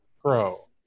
Pro